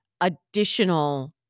additional